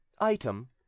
item